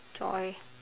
joy